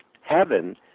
heaven